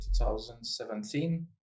2017